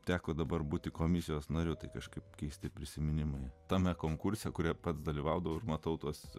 teko dabar būti komisijos nariu tai kažkaip keisti prisiminimai tame konkurse kurį pats dalyvaudavau ir matau tuos